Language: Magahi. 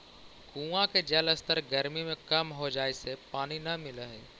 कुआँ के जलस्तर गरमी में कम हो जाए से पानी न मिलऽ हई